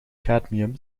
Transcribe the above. cadmium